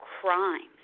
crimes